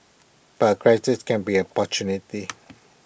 but A crisis can be an opportunity